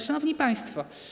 Szanowni Państwo!